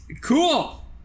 Cool